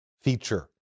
feature